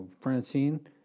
Francine